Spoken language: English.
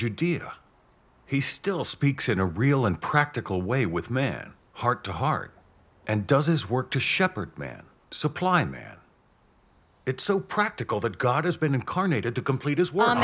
judea he still speaks in a real and practical way with man heart to heart and does his work to shepherd man supply man it's so practical that god has been incarnated to complete his one